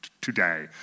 today